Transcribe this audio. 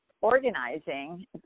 organizing